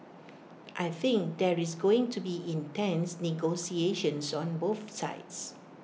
I think there is going to be intense negotiations on both sides